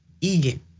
Egan